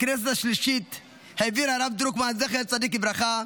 בכנסת התשיעית העביר הרב דרוקמן, זכר צדיק לברכה,